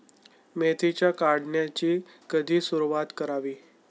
मेथीच्या काढणीची कधी सुरूवात करावी?